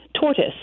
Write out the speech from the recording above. tortoise